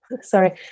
Sorry